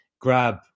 grab